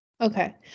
Okay